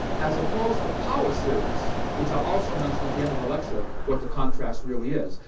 as opposed to power series, which i'll also mention at the end of the lecture what the contrast really is,